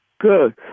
Good